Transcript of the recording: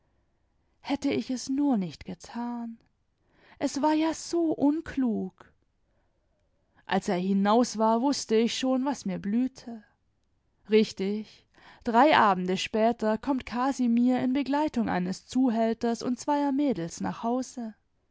hätte ich es nur nicht getan es war ja so unklug als er hinaus war wußte ich schon was mir blühte richtig drei abende später kommt casimir in begleitung eines zuhälters und zweier mädels nach hause